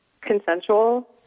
consensual